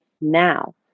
now